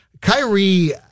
Kyrie